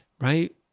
Right